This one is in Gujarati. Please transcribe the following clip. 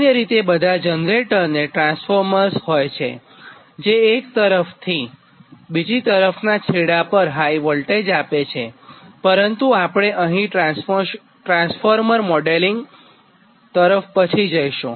સામાન્ય રીતેબધા જનરેટરને ટ્રાન્સફોર્મર્સ હોય છે જે એક તરફથી બીજી તરફનાં છેડા પર હાઇ વોલ્ટેજ આપે છેપરંતુ આપણે પછી ટ્રાન્સફોર્મર મોડેલિંગ તરફ જઇશું